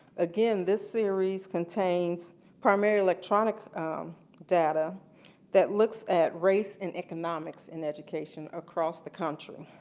again, this series contains primarily electronic data that looks at race and economics in education across the country.